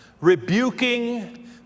rebuking